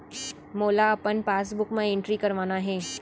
मोला अपन पासबुक म एंट्री करवाना हे?